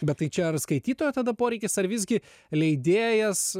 bet tai čia ar skaitytojo tada poreikis ar visgi leidėjas